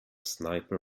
sniper